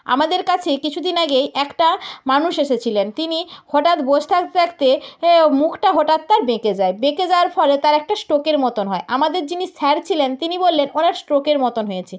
আমাদের কাছে কিছু দিন আগেই একটা মানুষ এসেছিলেন তিনি হঠাৎ বসে থাকতে থাকতে মুখটা হঠাৎ তার বেঁকে যায় বেঁকে যাওয়ার ফলে তার একটা স্ট্রোকের মতন হয় আমাদের যিনি স্যার ছিলেন তিনি বললেন ওনার স্ট্রোকের মতন হয়েছে